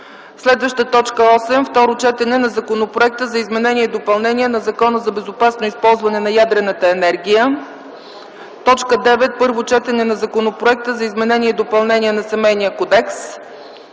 2010 г. 8. Второ четене на Законопроекта за изменение и допълнение на Закона за безопасно използване на ядрената енергия. 9. Първо четене на Законопроекта за изменение и допълнение на Семейния кодекс.